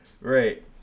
right